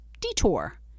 detour